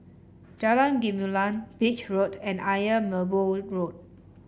Jalan Gumilang Beach Road and Ayer Merbau Road